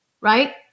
Right